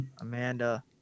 amanda